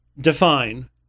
define